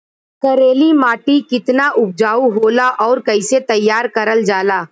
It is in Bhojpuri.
करेली माटी कितना उपजाऊ होला और कैसे तैयार करल जाला?